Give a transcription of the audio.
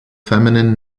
feminine